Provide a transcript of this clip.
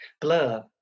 Blur